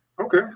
Okay